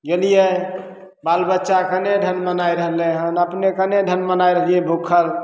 गेलियै बाल बच्चा कने ढनमनाइ रहलय हन अपने कने ढनमनाइ रहलियै भुखल